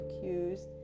accused